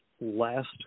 last